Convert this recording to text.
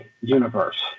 universe